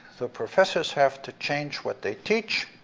the professors have to change what they teach,